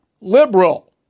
liberal